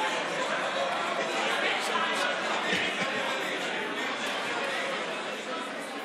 מיקי, מיקי, מה עם קבינט הפיוס?